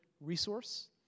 resource